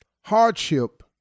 hardship